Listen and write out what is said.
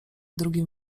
drugim